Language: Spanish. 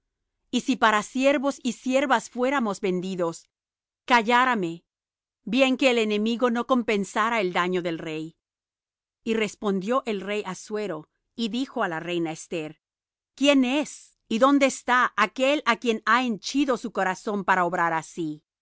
y si para siervos y siervas fuéramos vendidos callárame bien que el enemigo no compensara el daño del rey y respondió el rey assuero y dijo á la reina esther quién es y dónde está aquél á quien ha henchido su corazón para obrar así